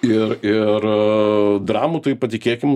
ir ir dramų tai patikėkim